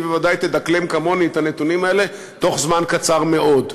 היא בוודאי תדקלם כמוני את הנתונים האלה בתוך זמן קצר מאוד,